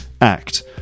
act